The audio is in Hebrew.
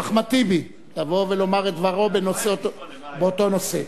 אחמד טיבי לבוא ולומר את דברו באותו נושא.